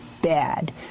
bad